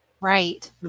Right